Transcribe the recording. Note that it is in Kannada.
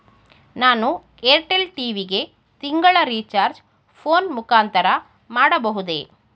ನಾನು ಏರ್ಟೆಲ್ ಟಿ.ವಿ ಗೆ ತಿಂಗಳ ರಿಚಾರ್ಜ್ ಫೋನ್ ಮುಖಾಂತರ ಮಾಡಬಹುದೇ?